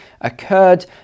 occurred